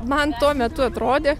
man tuo metu atrodė